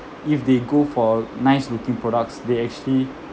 if they go for nice looking products they actually